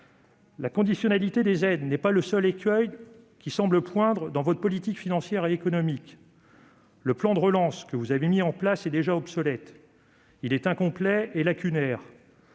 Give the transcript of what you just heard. La conditionnalité des aides n'est pas le seul écueil qui semble poindre dans votre politique financière et économique : le plan de relance que vous avez mis en place est déjà obsolète ; il est incomplet et lacunaire.